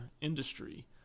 industry